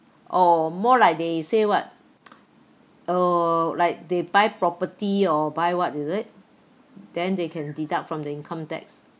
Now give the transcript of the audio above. oh more like they say what oh like they buy property or buy what is it then they can deduct from the income tax